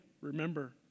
remember